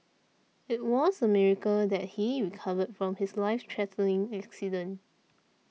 it was a miracle that he recovered from his life threatening accident